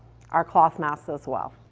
our cloth masks as well.